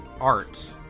art